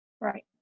Right